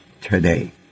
today